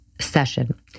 session